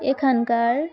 এখানকার